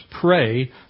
pray